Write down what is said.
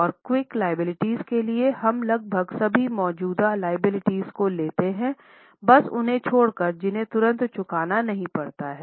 और quick liability के लिए हम लगभग सभी मौजूदा लायबिलिटी को लेते हैं बस उन्हें छोड़कर जिन्हें तुरंत चुकाना नहीं पड़ता है